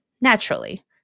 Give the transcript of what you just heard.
Naturally